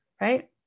right